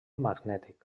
magnètic